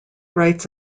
writes